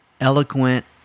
eloquent